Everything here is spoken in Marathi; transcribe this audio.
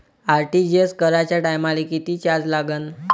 आर.टी.जी.एस कराच्या टायमाले किती चार्ज लागन?